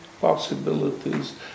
possibilities